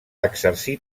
exercir